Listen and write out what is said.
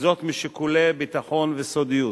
משיקולי ביטחון וסודיות.